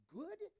good